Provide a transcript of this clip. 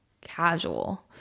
casual